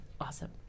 awesome